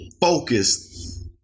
focused